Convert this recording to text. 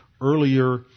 earlier